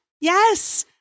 Yes